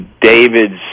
David's